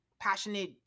passionate